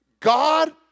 God